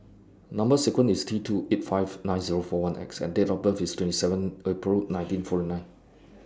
Number sequence IS T two eight five nine Zero four one X and Date of birth IS twenty seven April nineteen forty nine